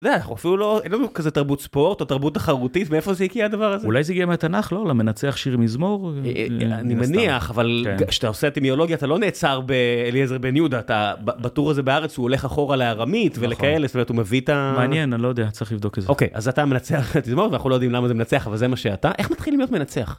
אנחנו אפילו לא, אין לנו כזה תרבות ספורט או תרבות תחרותית, מאיפה זה הגיע הדבר הזה? אולי זה הגיע מהתנ״ך, לא? למנצח שיר מזמור? אני מניח, אבל כשאתה עושה אטימולוגיה אתה לא נעצר באליעזר בן-יהודה, אתה בטור הזה ב״הארץ״ הוא הולך אחורה לארמית ולכאלה, זאת אומרת הוא מביא את ה... מעניין, אני לא יודע, צריך לבדוק את זה. אוקיי, אז אתה מנצח ואנחנו לא יודעים למה זה מנצח, אבל זה מה שאתה, איך מתחילים להיות מנצח?